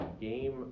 game